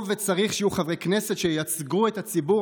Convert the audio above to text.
טוב וצריך שיהיו חברי כנסת שייצגו את הציבור